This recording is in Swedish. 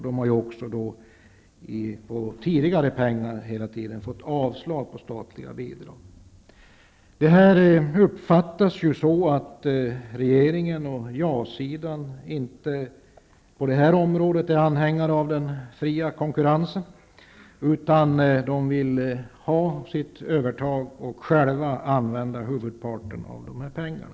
De har ju också tidigare hela tiden fått avslag på ansökan om statliga bidrag. Detta uppfattas ju som att regeringen och ja-sidan inte är anhängare av den fria konkurrensen på det här området. De vill ha sitt övertag och själva använda huvudparten av dessa pengar.